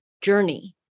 journey